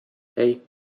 hey